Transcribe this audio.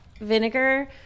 vinegar